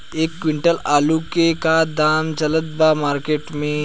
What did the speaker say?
एक क्विंटल आलू के का दाम चलत बा मार्केट मे?